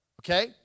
okay